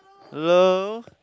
hello